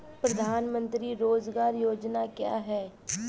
प्रधानमंत्री रोज़गार योजना क्या है?